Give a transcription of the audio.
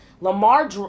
lamar